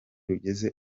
rugeze